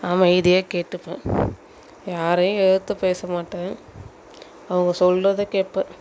அமைதியாக கேட்டுப்பேன் யாரையும் எதுர்த்து பேச மாட்டேன் அவங்க சொல்கிறத கேட்பேன்